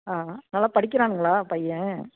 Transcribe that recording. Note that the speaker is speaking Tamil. ஆ நல்லா படிக்கிறானுங்களா பையன்